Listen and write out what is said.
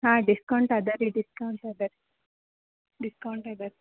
ಹಾಂ ಡಿಸ್ಕೌಂಟ್ ಅದ ರೀ ಡಿಸ್ಕೌಂಟ್ ಅದ ರೀ ಡಿಸ್ಕೌಂಟ್ ಅದ